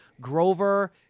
Grover